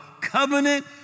covenant